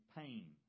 pain